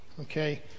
okay